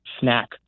snack